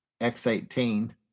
X18